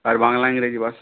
আর বাংলা ইংরাজি ব্যাস